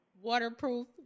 waterproof